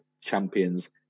champions